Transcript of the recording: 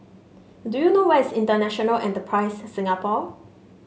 do you know where is International Enterprise Singapore